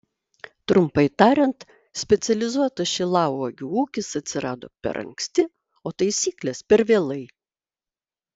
trumpai tariant specializuotas šilauogių ūkis atsirado per anksti o taisyklės per vėlai